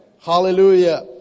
Hallelujah